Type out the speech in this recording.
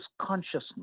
consciousness